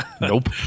Nope